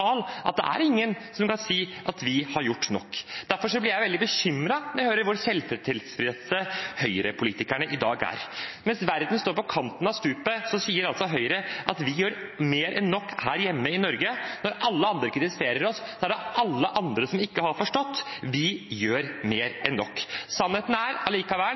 stor og fundamental at ingen kan si de har gjort nok. Derfor blir jeg veldig bekymret når jeg hører hvor selvtilfredse Høyre-politikerne er i dag. Mens verden står på kanten av stupet, sier altså Høyre at vi gjør mer enn nok her hjemme i Norge, og når alle andre kritiserer oss, er det alle de andre som ikke har forstått, for vi gjør mer enn nok. Sannheten er allikevel